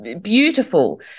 beautiful